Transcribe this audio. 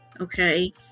Okay